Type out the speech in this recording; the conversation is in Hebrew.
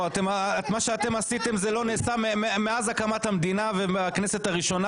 מה שאתם עשיתם לא נעשה מאז הקמת המדינה והכנסת הראשונה,